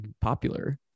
popular